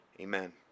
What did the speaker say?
Amen